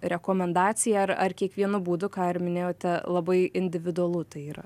rekomendaciją ar ar kiekvienu būdu ką ir minėjote labai individualu tai yra